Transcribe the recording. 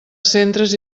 centres